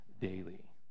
daily